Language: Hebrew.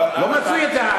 אבל אנא תענה, לא מצאו יותר.